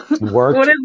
work